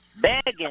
begging